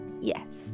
yes